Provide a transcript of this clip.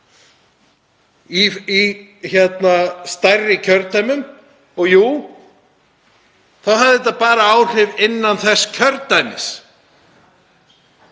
í stærri kjördæmum. Og jú, þá hafði þetta bara áhrif innan þess kjördæmis.